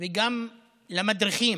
וגם למדריכים,